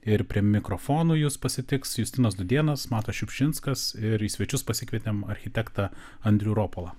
ir prie mikrofonų jus pasitiks justinas dūdėnas matas šiupšinskas ir į svečius pasikvietėm architektą andrių ropolą